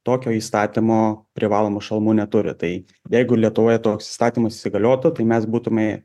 tokio įstatymo privalomų šalmų neturi tai jeigu lietuvoje toks įstatymas įsigaliotų tai mes būtume